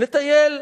לטייל.